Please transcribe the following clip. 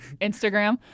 Instagram